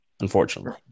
unfortunately